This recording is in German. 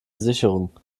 sicherung